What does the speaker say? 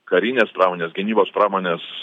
karinės pramonės gynybos pramonės